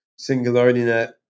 SingularityNet